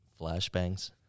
flashbangs